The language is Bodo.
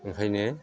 ओंखायनो